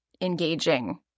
engaging